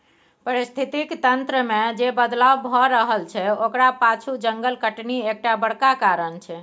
पारिस्थितिकी तंत्र मे जे बदलाव भए रहल छै ओकरा पाछु जंगल कटनी एकटा बड़का कारण छै